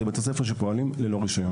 שאלה בתי ספר שפועלים בלא רישיון.